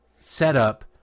setup